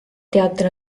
teatel